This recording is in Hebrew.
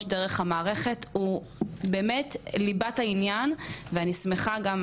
דרך המערכת הוא באמת ליבת העניין ואני שמחה גם,